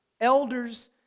Elders